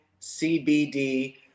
cbd